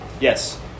yes